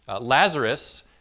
Lazarus